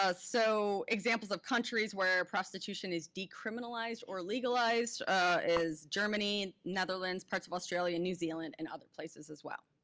ah so examples of countries where prostitution is decriminalized or legalized is germany, netherlands, parts of australia, new zealand, and other places as well.